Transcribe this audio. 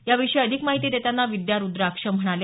याविषयी अधिक माहिती देताना विद्या रुद्राक्ष म्हणाल्या